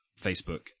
facebook